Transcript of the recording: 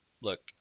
look